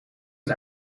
een